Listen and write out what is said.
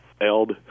Eld